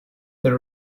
the